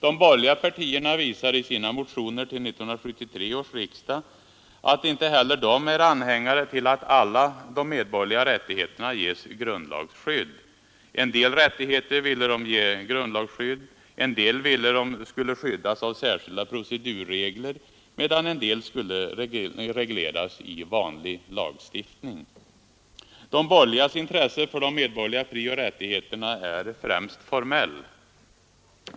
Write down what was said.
De borgerliga partierna visade i sina motioner till 1973 års riksdag att inte heller de är anhängare till att alla de medborgerliga rättigheterna ges grundlagsskydd. En del rättigheter ville de ge grundlagsskydd, en del ville de skulle skyddas av särskilda procedurregler, medan en del skulle regleras i vanlig lagstiftning. De borgerligas intresse för de medborgerliga frioch rättigheterna är främst formellt.